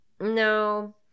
No